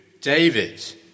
David